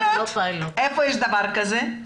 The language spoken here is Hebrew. איפה יש דבר כזה?